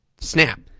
snap